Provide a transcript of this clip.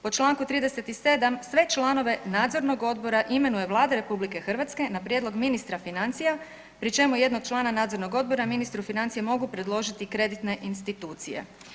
Po čl. 37. „sve članove nadzornog odbora imenuje Vlada RH na prijedlog ministra financija pri čemu jednog člana nadzornog odbora ministru financija mogu predložiti kreditne institucije“